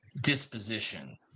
disposition